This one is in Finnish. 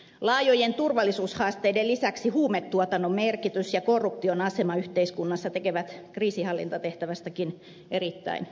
laajojen turvallisuushaasteiden lisäksi huumetuotannon merkitys ja korruption asema yhteiskunnassa tekevät kriisinhallintatehtävästäkin erittäin vaikean